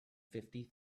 fifty